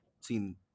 seen